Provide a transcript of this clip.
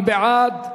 מי בעד?